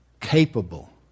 capable